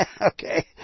Okay